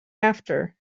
after